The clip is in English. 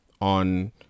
on